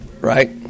Right